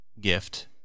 gift